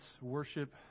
worship